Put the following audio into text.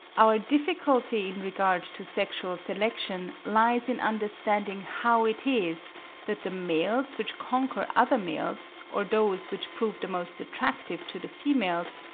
our difficulty in regard to sexual selection lies in understanding how it is that the males which conquer other males, or those which prove the most attractive to the females,